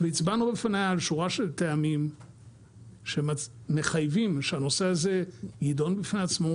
והצבענו בפניה על שורה של טעמים שמחייבים שהנושא הזה יידון בפני עצמו.